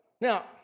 Now